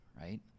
right